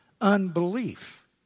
unbelief